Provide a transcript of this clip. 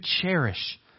cherish